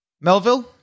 Melville